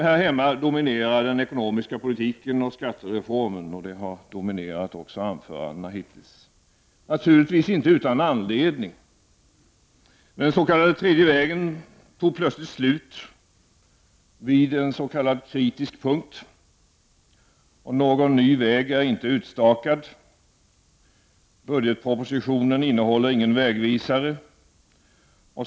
Här hemma dominerar den ekonomiska politiken och skattereformen, och detta har också dominerat anförandena hittills, naturligtvis inte utan anledning. Den s.k. tredje vägen tog plötsligt slut ”vid en kritisk punkt”, och någon ny väg är inte utstakad. Budgetpropositionen innehåller ingen vägvisare.